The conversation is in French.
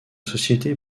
société